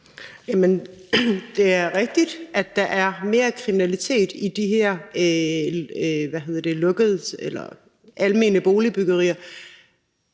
(SF): Det er rigtigt, at der er mere kriminalitet i de her almene boligbyggerier,